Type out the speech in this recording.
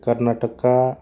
करनाथ'खा